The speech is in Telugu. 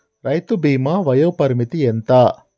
రైతు బీమా వయోపరిమితి ఎంత?